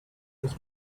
this